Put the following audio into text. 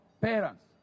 parents